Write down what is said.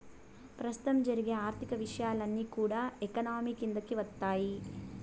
ప్రస్తుతం జరిగే ఆర్థిక విషయాలన్నీ కూడా ఎకానమీ కిందికి వత్తాయి